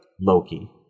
Loki